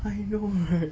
I know right